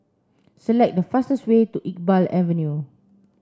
select the fastest way to Iqbal Avenue